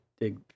dig